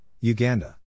Uganda